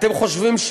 אתם חושבים,